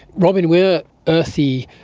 robyn, we are earthy,